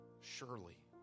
surely